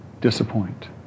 disappoint